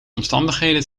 omstandigheden